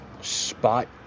spot